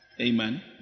Amen